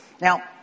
Now